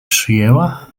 przyjęła